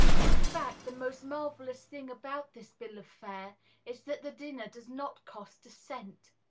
in fact, the most marvellous thing about this bill of fare is that the dinner does not cost a cent.